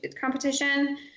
competition